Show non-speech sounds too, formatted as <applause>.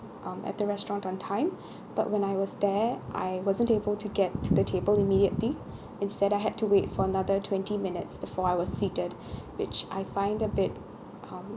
um at the restaurant on time <breath> but when I was there I wasn't able to get to the table immediately <breath> instead I had to wait for another twenty minutes before I was seated <breath> which I find a bit um